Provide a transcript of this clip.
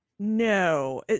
no